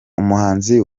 umuhanzi